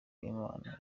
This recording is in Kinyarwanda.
imana